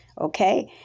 okay